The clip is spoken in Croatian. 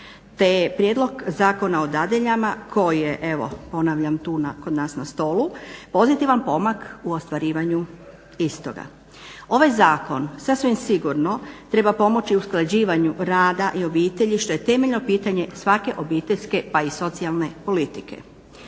je Prijedlog zakona o dadiljama koji je evo ponavljam tu kod nas na stolu pozitivan pomak u ostvarivanju istoga. Ovaj zakon sasvim sigurno treba pomoći usklađivanju rada i obitelji što je temeljno pitanje svake obiteljske pa i socijalne politike.